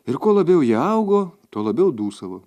ir kuo labiau jie augo tuo labiau dūsavo